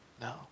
No